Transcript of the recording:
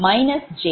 மற்றும் 𝐼𝑓𝑔2−𝑗1